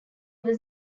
was